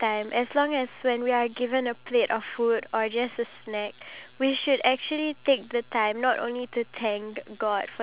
kua chee oh